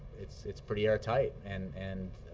it's it's pretty airtight. and and